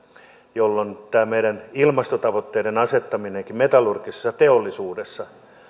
jolloin tämä meidän ilmastotavoitteiden asettaminenkin metallurgisessa teollisuudessa